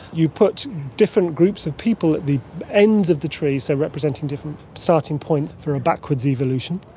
you put different groups of people at the ends of the tree, so representing different starting points for a backwards evolution.